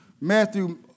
Matthew